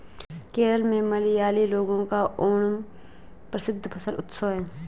केरल में मलयाली लोगों का ओणम प्रसिद्ध फसल उत्सव है